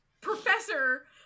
professor